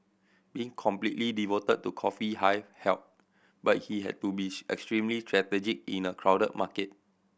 being completely devoted to Coffee Hive helped but he had to be extremely strategic in a crowded market